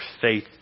faith